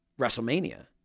WrestleMania